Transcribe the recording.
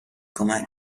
کمک